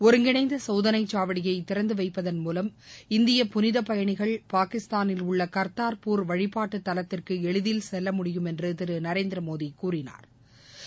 ஒருங்கிணைந்தசோதனைச் சாவடியைதிறந்துவைப்பதன் மூலம் இந்திய புனிதபயணிகள் பாகிஸ்தானில் உள்ளக்தாா்பூர் வழிபாட்டுதலத்திற்குஎளிதில் செல்ல முடியும் என்றுதிருநரேந்திரமோடிகூறினாா்